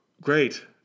great